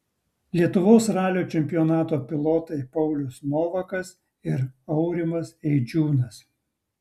lietuvos ralio čempionato pilotai paulius novakas ir aurimas eidžiūnas